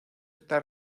está